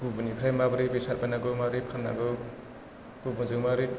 गुबुननिफ्राय माबोरै बेसाद बायनांगौ माबोरै फाननांगौ गुबुनजों मारै